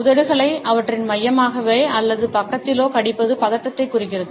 உதடுகளை அவற்றின் மையமாகவோ அல்லது பக்கத்திலோ கடிப்பது பதட்டத்தைக் குறிக்கிறது